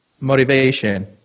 Motivation